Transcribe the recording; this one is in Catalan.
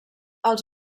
als